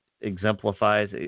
exemplifies